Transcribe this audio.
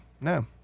no